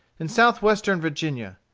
in southwestern virginia.